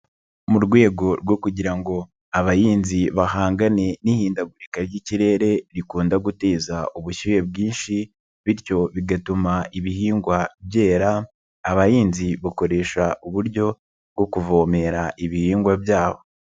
Mu rwego rwo kugira ngo abahinzi bahangane n'ihindagurika ry'ikirere rikunda guteza ubushyuhe bwinshi bityo bigatuma ibihingwa byera, abahinzi bakoresha uburyo bwo kuvomerera ibihingwa byabo.